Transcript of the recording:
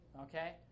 okay